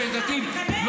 מיש עתיד -- אני חותמת לך,